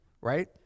right